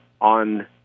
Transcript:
on